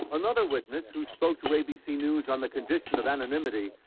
another witness who spoke to abc news on the condition of anonymity.